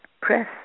press